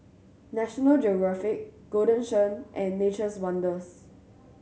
National Geographic Golden Churn and Nature's Wonders